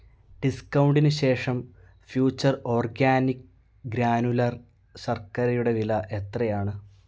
ഡിസ്കൗണ്ടിന് ശേഷം future organic granular ശർക്കരയുടെ വില എത്രയാണ്